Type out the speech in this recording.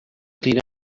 clean